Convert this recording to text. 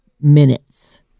minutes